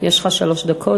יש לך שלוש דקות.